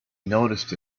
noticed